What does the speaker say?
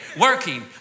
Working